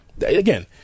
Again